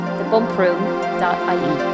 thebumproom.ie